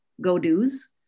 go-dos